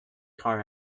car